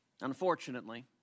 Unfortunately